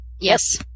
Yes